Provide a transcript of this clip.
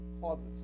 causes